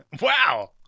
Wow